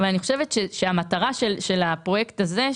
אבל אני חושבת שהמטרה של הפרויקט הזה,